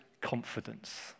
confidence